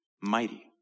mighty